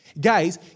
Guys